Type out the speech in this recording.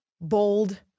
bold